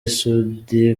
soudy